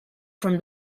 from